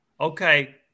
okay